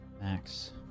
Max